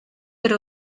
per